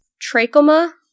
trachoma